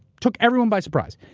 took everyone by surprise.